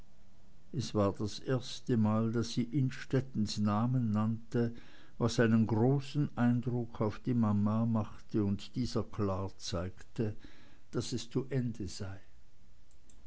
es war das erste mal daß sie innstettens namen nannte was einen großen eindruck auf die mama machte und dieser klar zeigte daß es zu ende sei